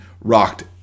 rocked